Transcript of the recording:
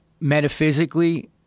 metaphysically